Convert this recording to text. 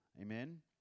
Amen